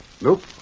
Nope